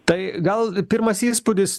tai gal pirmas įspūdis